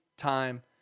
time